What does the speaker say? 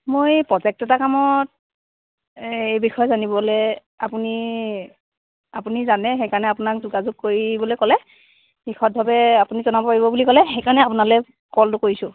মই প্ৰজেক্ট এটা কামত এই বিসয়ে জানিবলে আপুনি আপুনি জানে সেইকাৰণে আপোনাক যোগাযোগ কৰিবলৈ ক'লে বিশদভাৱে আপুনি জনাব পাৰিব বুলি ক'লে সেইকাৰণে অপোনালে কলটো কৰিছোঁ